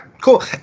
cool